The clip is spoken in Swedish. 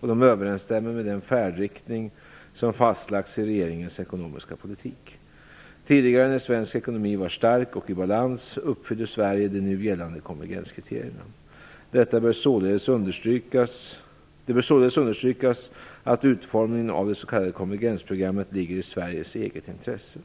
och de överensstämmer med den färdriktning som fastlagts i regeringens ekonomiska politik. Tidigare, när svensk ekonomi var stark och i balans, uppfyllde Sverige de nu gällande konvergenskriterierna. Det bör således understrykas att utformningen av det s.k. konvergensprogrammet ligger i Sveriges eget intresse.